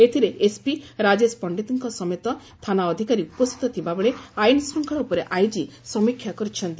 ଏଥିରେ ଏସ୍ପି ରାଜେଶ ପଣ୍ତିତଙ୍ଙ ସମେତ ଥାନା ଅଧିକାରୀ ଉପସ୍ତିତ ଥିବାବେଳେ ଆଇନ ଶୃଙ୍ଖଳା ଉପରେ ଆଇଜି ସମୀକ୍ଷା କରିଛନ୍ତି